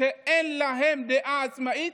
שאין להם דעה עצמאית,